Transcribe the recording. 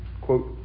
quote